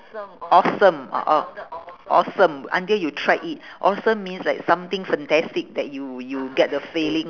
awesome ah orh awesome until you tried it awesome means like something fantastic that you you get the feeling